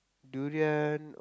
durian